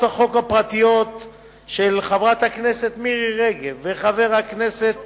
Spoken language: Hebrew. החוק הפרטיות של חברת הכנסת מירי רגב וחבר הכנסת